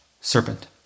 serpent